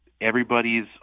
everybody's